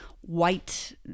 white